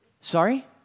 Sorry